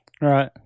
Right